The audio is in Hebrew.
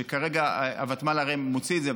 שכרגע הוותמ"ל הרי מוציא את זה,